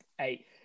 eight